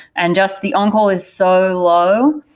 and just the on-call is so low,